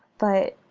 but.